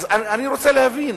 אני רוצה להבין